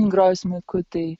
groju smuiku tai